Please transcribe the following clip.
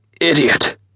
idiot